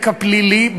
רקע פלילי,